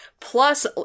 plus